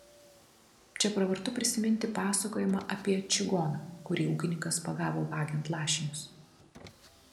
čia pravartu prisiminti pasakojimą apie čigoną kurį ūkininkas pagavo vagiant lašinius